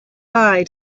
bye